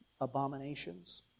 abominations